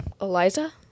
Eliza